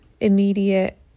immediate